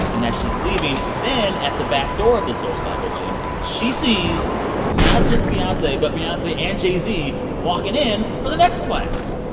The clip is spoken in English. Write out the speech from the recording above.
and as she's leaving, then at the back door of the soulcycle gym, she sees not just beyonce but beyonce and jay-z walking in for the next class.